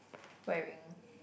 wearing